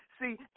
See